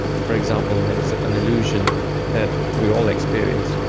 for example, there is an illusion that we all experience,